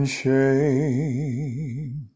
shame